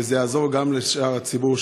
וזה יעזור גם לשאר הציבור,